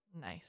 Nice